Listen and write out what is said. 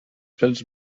pèls